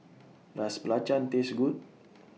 Does Belacan Taste Good